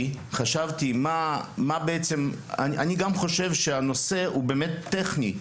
אני גם חושב שהנושא הוא טכני,